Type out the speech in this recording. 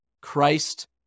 Christ